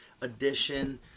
Edition